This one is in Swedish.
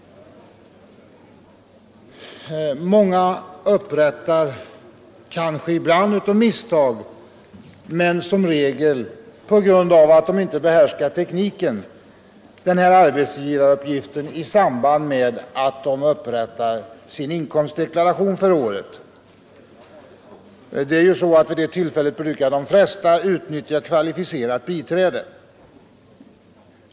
Många upprättar — kanske ibland av misstag men som regel på grund av att de inte behärskar tekniken — sin arbetsgivaruppgift i samband med inkomstdeklarationen för året, och vid det tillfället utnyttjar de flesta kvalificerat biträde.